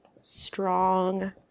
strong